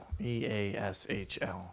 EASHL